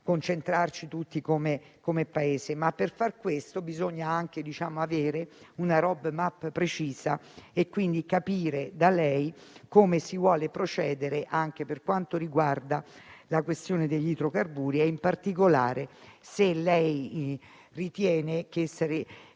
concentrarci tutti come Paese. Ma, per far questo, bisogna anche avere una *road map* precisa. Vorremmo pertanto capire da lei come si vuole procedere anche per quanto riguarda la questione degli idrocarburi e, in particolare, se lei ritiene che il